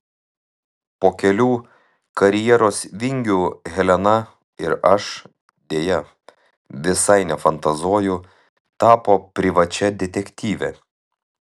po kelių karjeros vingių helena ir aš deja visai nefantazuoju tapo privačia detektyve